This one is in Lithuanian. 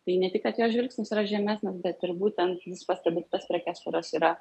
tai ne tik kad jo žvilgsnis yra žemesnis bet ir būtent jis pastebi tas prekes kurios yra